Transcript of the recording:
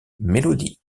mélodie